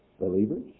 believers